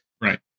right